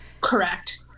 Correct